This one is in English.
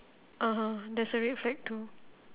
(uh huh) there's a red flag too